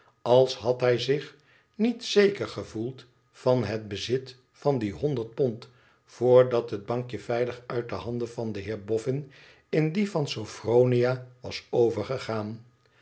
als had hij zich niet zeker gevoeld van het bezit van die honderd pond voordat het bankje veilig uit de handen van den heer boffinin die van sophroniawas overgegaan